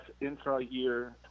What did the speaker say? intra-year